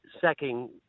sacking